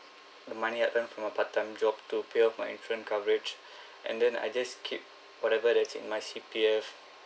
the money I earned from a part-time job to pay off my insurance coverage and then I just keep whatever that's in my C_P_F